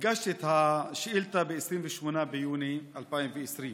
הגשתי את השאילתה ב-28 ביוני 2020,